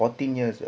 fourteen years